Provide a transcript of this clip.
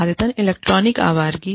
आदतन इलेक्ट्रॉनिक आवारगी